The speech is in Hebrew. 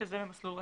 שזה במסלול רגיל.